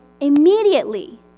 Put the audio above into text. immediately